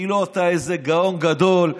כאילו אתה איזה גאון גדול,